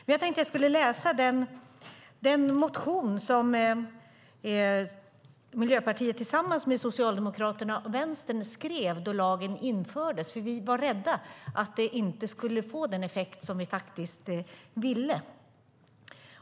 Jag tänkte att jag skulle läsa upp den motion som Miljöpartiet tillsammans med Socialdemokraterna och Vänsterpartiet väckte då lagen infördes. Vi var rädda för att lagen inte skulle få den effekt som vi faktiskt ville.